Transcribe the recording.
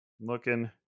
Looking